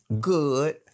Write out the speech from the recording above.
good